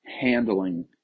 handling